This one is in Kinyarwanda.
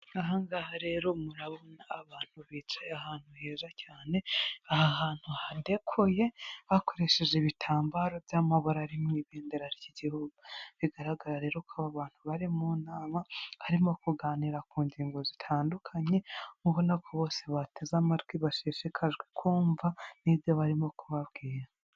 Aha ngaha rero murabona abantu bicaye ahantu heza cyane, aha hantu hadekoye bakoresheje ibitambaro by'amabara mu ibendera ry'igihugu. Bigaragara rero ko aba bantu bari mu nama barimo kuganira ku ngingo zitandukanye ubona ko bose bateze amatwi bashishikajwe kumva n'ibyo barimo kubabwira.